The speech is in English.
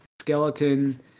skeleton